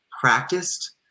practiced